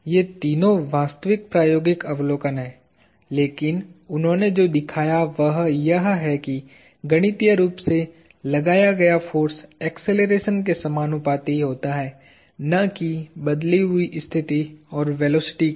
ये तीनों वास्तविक प्रायोगिक अवलोकन हैं लेकिन उन्होंने जो दिखाया वह यह है कि गणितीय रूप से लगाया गया फोर्स अक्सेलरेशन के समानुपाती होता है न कि बदली हुई स्थिति और वेलोसिटी के